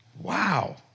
Wow